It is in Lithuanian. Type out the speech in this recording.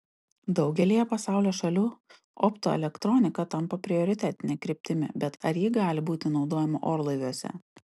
daugelyje pasaulio šalių optoelektronika tampa prioritetine kryptimi bet ar ji gali būti naudojama orlaiviuose